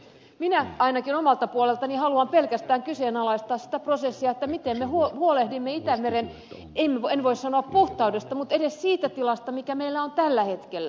minä ainakin omalta puoleltani haluan pelkästään kyseenalaistaa sitä prosessia miten me huolehdimme itämeren en voi sanoa puhtaudesta mutta edes siitä tilasta mikä meillä on tällä hetkellä